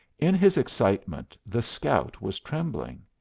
in his excitement the scout was trembling.